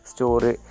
Story